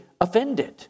offended